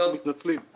אנחנו מתנצלים.